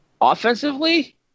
Offensively